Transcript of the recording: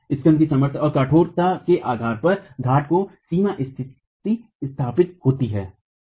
स्कन्ध की सामर्थ्य और कठोरता के आधार पर घाट की सीमा स्थिति स्थापित होती है